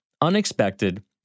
unexpected